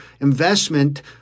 investment